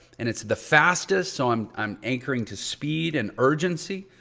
and it's the fastest so i'm i'm anchoring to speed and urgency.